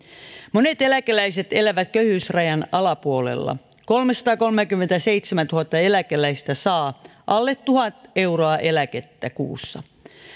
monet eläkeläiset elävät köyhyysrajan alapuolella kolmesataakolmekymmentäseitsemäntuhatta eläkeläistä saa alle tuhat euroa eläkettä kuukaudessa